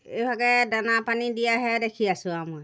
এইভাগে দানা পানী দিয়াহে দেখি আছো আৰু মই